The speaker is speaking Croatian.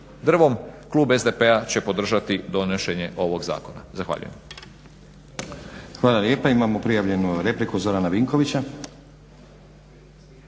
drvom, klub SDP-a će podržati donošenje ovog zakona. Zahvaljujem. **Stazić, Nenad (SDP)** Hvala lijepa. Imamo prijavljenu repliku Zorana Vinkovića.